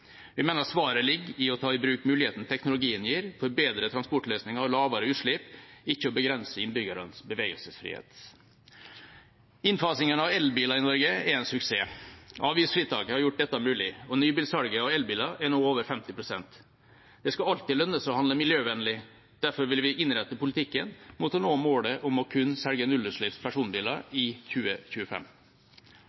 Vi mener svaret ligger i å ta i bruk mulighetene teknologien gir for bedre transportløsninger og lavere utslipp, ikke å begrense innbyggernes bevegelsesfrihet. Innfasingen av elbiler i Norge er en suksess. Avgiftsfritaket har gjort dette mulig, og nybilsalget av elbiler er nå over 50 pst. Det skal alltid lønne seg å handle miljøvennlig. Derfor vil vi innrette politikken mot å nå målet om kun å selge personbiler